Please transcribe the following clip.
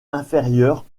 inférieurs